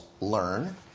Learn